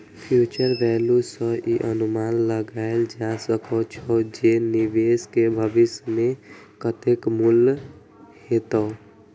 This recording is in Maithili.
फ्यूचर वैल्यू सं ई अनुमान लगाएल जा सकै छै, जे निवेश के भविष्य मे कतेक मूल्य हेतै